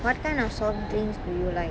what kind of soft drinks do you like